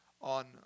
on